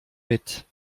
mit